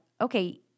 okay